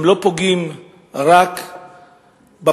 הם לא פוגעים רק בפצ"ר,